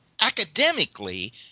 academically